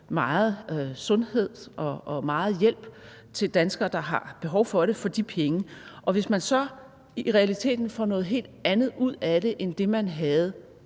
meget sundhed og meget hjælp til danskere, der har behov for det, for de penge. Og hvis man så i realiteten får noget helt andet ud af det end det, man havde